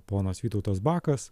ponas vytautas bakas